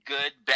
Good